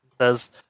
says